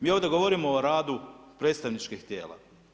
Mi ovdje govorimo o radu predstavničkih tijela.